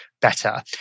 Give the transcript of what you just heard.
better